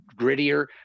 grittier